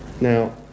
now